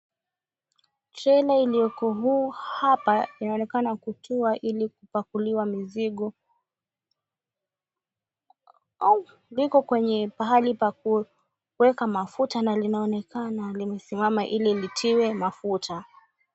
Trela iliyoko huu hapa inaonekana kutua ili kupakuliwa mizigo au liko kwenye pahali pa kuwekewa mafuta na linaonekana limesimama ili litiwe mafuta.